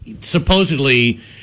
Supposedly